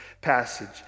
passage